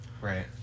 Right